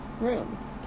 room